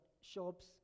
shops